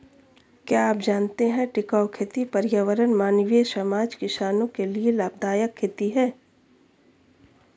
क्या आप जानते है टिकाऊ खेती पर्यावरण, मानवीय समाज, किसानो के लिए लाभदायक खेती है?